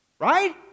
Right